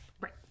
Right